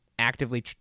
Actively